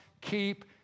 keep